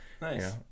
Nice